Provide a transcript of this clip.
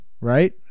right